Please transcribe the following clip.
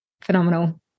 phenomenal